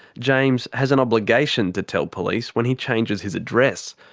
james has an obligation to tell police when he changes his address.